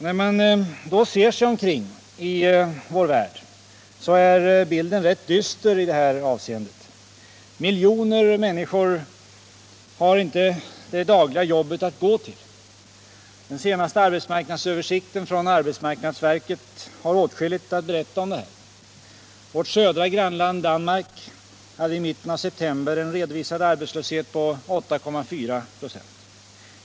När man ser sig omkring i vår värld så är bilden rätt dyster i det här avseendet. Miljoner människor har inte det dagliga jobbet att gå till. Den senaste arbetsmarknadsöversikten från arbetsmarknadsverket har åtskilligt att berätta om detta. Vårt södra grannland Danmark hade i mitten av september en redovisad arbetslöshet på 8,4 26.